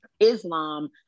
Islam